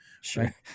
Sure